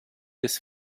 des